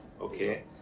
okay